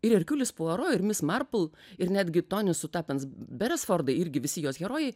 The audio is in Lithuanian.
ir erkiulis puaro ir mis marpl ir netgi tonis sutapens beresfordai irgi visi jos herojai